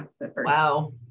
Wow